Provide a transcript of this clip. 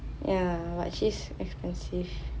ya but cheese expensive